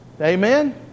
Amen